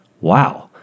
wow